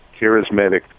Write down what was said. charismatic